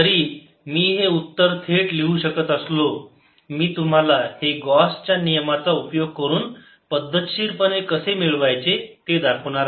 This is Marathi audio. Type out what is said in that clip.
जरी मी हे उत्तर थेट लिहू शकत असलो मी तुम्हाला हे गॉस या नियमाचा उपयोग करून पद्धतशीरपणे कसे मिळवायचे ते दाखवणार आहे